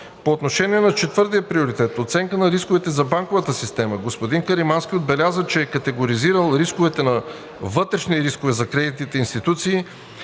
По отношение на четвъртия приоритет – оценка на рисковете за банковата система, господин Каримански отбеляза, че е категоризирал рисковете на вътрешни рискове за кредитните институции